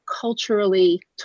culturally